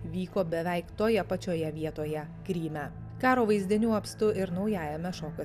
vyko beveik toje pačioje vietoje kryme karo vaizdinių apstu ir naujajame šokio